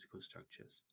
structures